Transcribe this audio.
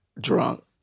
drunk